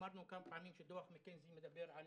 אמרנו כמה פעמים שדוח מקנזי מדבר על